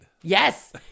Yes